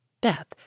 Beth